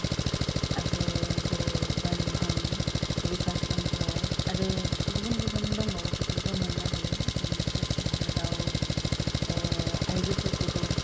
आरो जेरै बान्दान भिकास केन्द्र आरो गुबुन गुबुन दंबावो जों बेफोरखौ मोन्नो हायो जोंनि स्वचा भारतआव आयजोफोरखौबो